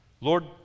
Lord